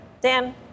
Dan